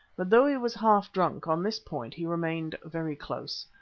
but although he was half-drunk, on this point he remained very close.